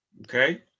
Okay